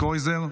קרויזר,